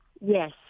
Yes